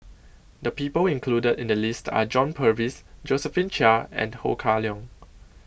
The People included in The list Are John Purvis Josephine Chia and Ho Kah Leong